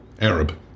Arab